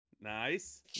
nice